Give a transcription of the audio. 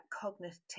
cognitive